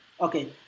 Okay